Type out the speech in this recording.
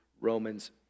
Romans